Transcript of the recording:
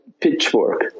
pitchfork